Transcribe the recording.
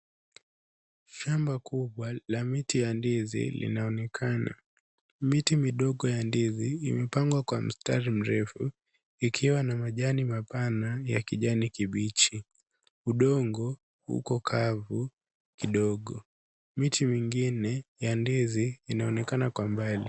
Shamba kubwa la miti ya ndizi linaonekana. Miti midogo ya ndizi imepangwa kwa mstari mrefu, ikiwa na majani mapana ya kijani kibichi. Udongo uko kavu kidogo. Miti mingine ya ndizi inaonekana kwa mbali.